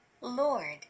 Lord